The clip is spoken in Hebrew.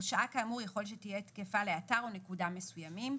הרשאה כאמור יכול שתהיה תקפה לאתר או נקודה מסוימים.